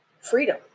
freedom